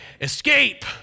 escape